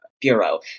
Bureau